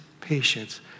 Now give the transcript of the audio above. patience